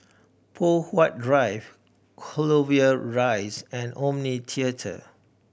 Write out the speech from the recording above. Poh Huat Drive Clover Rise and Omni Theatre